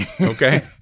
okay